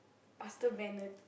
after